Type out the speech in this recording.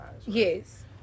Yes